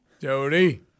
Jody